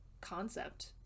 concept